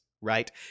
right